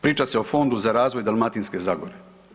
Priča se o Fondu za razvoj Dalmatinske zagore.